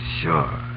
sure